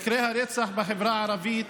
מקרי הרצח בחברה הערבית